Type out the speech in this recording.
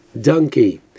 donkey